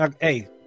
Hey